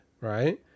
right